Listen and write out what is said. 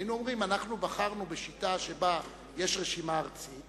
היינו אומרים: אנחנו בחרנו בשיטה שבה יש רשימה ארצית